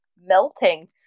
melting